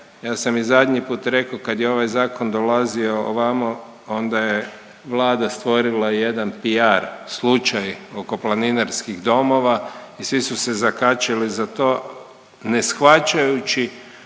Ja sam i zadnji put rekao kad je ovaj zakon dolazio ovamo, onda je Vlada stvorila jedan PR slučaj oko planinarskih domova i svi su se zakačili za to ne shvaćajući